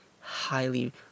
highly